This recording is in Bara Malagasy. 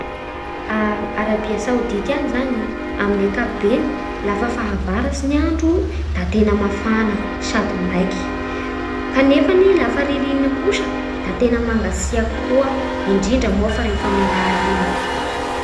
A Arabia Saodita any izagny amin'ny ankapobeny lafa fahavaratsy ny andro da tena mafana sady maiky. Kanefany lafa ririnina kosa da tena mangatsiaky koa indrindra moa fa rehefa aamin'ny aly igny e.